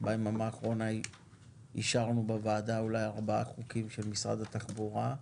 שביממה האחרונה אישרנו בוועדה אולי ארבעה חוקים של משרד התחבורה.